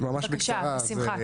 כן, בשמחה.